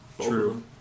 True